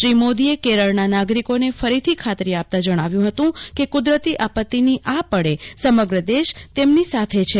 શ્રીમોદીએ કેરળના નાગરિકોને ફરીથી ખાતરી આપતા જણાવ્યું હતું કે કુદરતી આપત્તીની પળે સમગ્ર દેશ તેમની સાથે છે